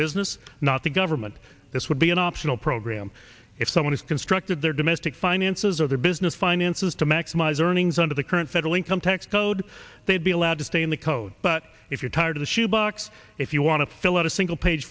business not the government this would be an optional program if someone has constructed their domestic finances or their business finances to maximize earnings under the current federal income tax code they'd be allowed to stay in the code but if you're tired of the shoe box if you want to fill out a single page